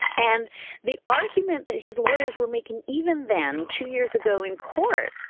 and the argument that his lawyers were making even then, two years ago in court,